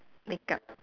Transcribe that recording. makeup